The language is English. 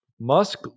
Musk